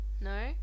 No